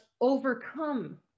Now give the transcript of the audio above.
overcome